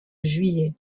juillet